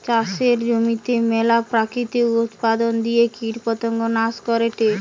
চাষের জমিতে মেলা প্রাকৃতিক উপাদন দিয়ে কীটপতঙ্গ নাশ করেটে